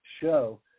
show